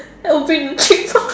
I will be a peacock